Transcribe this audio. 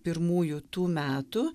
pirmųjų tų metų